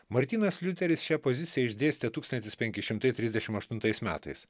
martynas liuteris šią poziciją išdėstė tūkstantis penki šimtai trisdešim aštuntais metais